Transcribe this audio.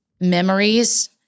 memories